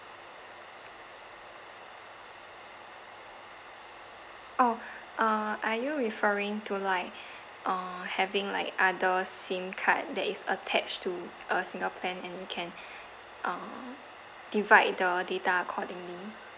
oh uh are you referring to like uh having like other SIM card that is attached to a single plan and can um divide the data accordingly